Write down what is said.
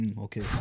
Okay